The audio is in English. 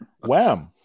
wham